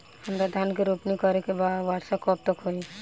हमरा धान के रोपनी करे के बा वर्षा कब तक होई?